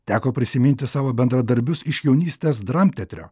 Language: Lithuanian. teko prisiminti savo bendradarbius iš jaunystės dramtetrio